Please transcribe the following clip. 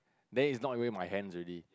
then is not even in my hand already